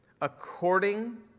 according